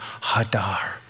Hadar